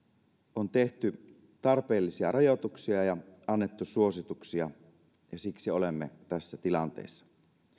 on tehty tarpeellisia rajoituksia ja annettu suosituksia ja siksi olemme tässä tilanteessa